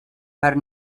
her